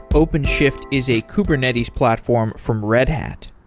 openshift is a kubernetes platform from red hat.